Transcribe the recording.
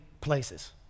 places